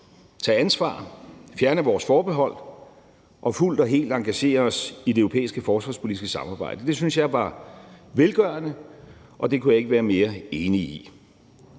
tage ansvar, fjerne vores forbehold og fuldt og helt engagere os i det europæiske forsvarspolitiske samarbejde. Det synes jeg var velgørende, og det kunne jeg ikke være mere enig i.